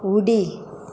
उडी